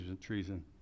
treason